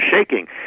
shaking